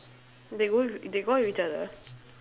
they go with they go with each other